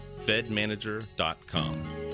fedmanager.com